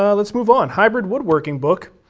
yeah let's move on. hybrid woodworking book.